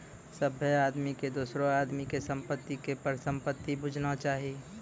सभ्भे आदमी के दोसरो आदमी के संपत्ति के परसंपत्ति बुझना चाही